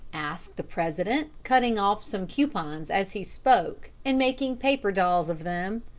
asked the president, cutting off some coupons as he spoke and making paper dolls of them.